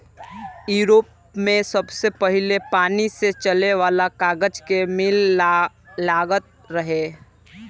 Europe में सबसे पहिले पानी से चले वाला कागज के मिल लागल रहे